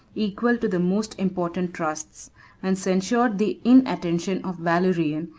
equal to the most important trusts and censured the inattention of valerian,